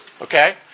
Okay